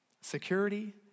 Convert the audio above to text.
security